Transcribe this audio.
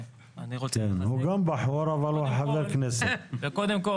אני רוצה קודם כל